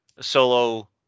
Solo